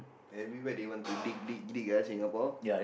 everywhere they want to dig dig dig ya Singapore